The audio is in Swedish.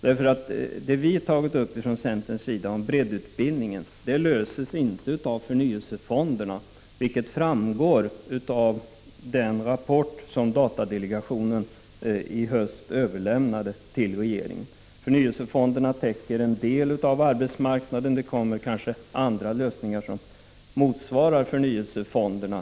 Det som vi i centern uttalat om Prot. 1985/86:53 breddutbildningen är ingenting som förnyelsefonderna kan lösa, vilket 17 december 1985 framgår av den rapport som datadelegationen i höstas överlämnade tll ZGGA N regeringen. Förnyelsefonderna täcker bara en del av arbetsmarknaden. Men så småningom kanske vi för den övriga delen av arbetsmarknaden får någonting som motsvarar förnyelsefonderna.